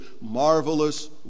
marvelous